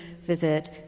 visit